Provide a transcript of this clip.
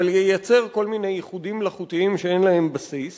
אבל ייצר כל מיני איחודים מלאכותיים שאין להם בסיס